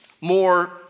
more